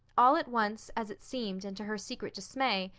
all at once, as it seemed, and to her secret dismay,